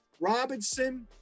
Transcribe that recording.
Robinson